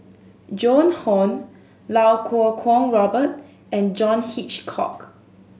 Joan Hon Iau Kuo Kwong Robert and John Hitchcock